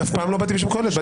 לא עבדתי בשביל קהלת מעולם.